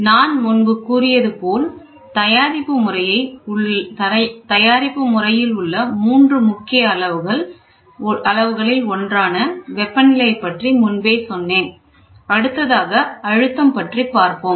நான் முன்பே கூறியது போல் தயாரிப்பு முறையை உள்ள மூன்று முக்கிய அளவுகள் ஒன்றான வெப்ப நிலையைப் பற்றி முன்பே சொன்னேன் அடுத்ததாக அழுத்தம் பற்றி பார்ப்போம்